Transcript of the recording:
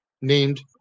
named